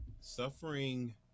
suffering